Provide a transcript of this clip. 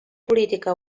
política